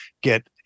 get